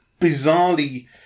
bizarrely